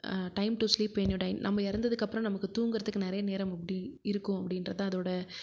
time to sleep in your die நம்ம இறந்ததுக்கு அப்றம் நமக்கு தூங்குகிறதுக்கு நிறைய நேரம் எப்படி இருக்கும் அப்படின்றது தான் அதோட